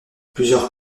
plusieurs